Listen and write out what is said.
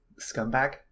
scumbag